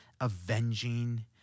avenging